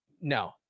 no